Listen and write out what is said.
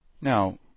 Now